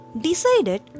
decided